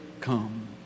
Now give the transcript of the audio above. come